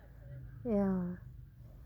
ya